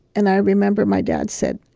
and i remember my dad said,